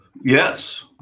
Yes